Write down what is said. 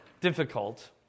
difficult